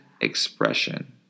expression